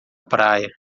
praia